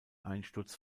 einsturz